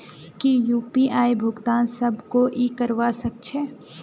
की यु.पी.आई भुगतान सब कोई ई करवा सकछै?